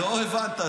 לא הבנת.